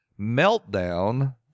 meltdown